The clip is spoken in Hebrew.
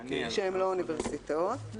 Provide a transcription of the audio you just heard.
שהם לא אוניברסיטאות.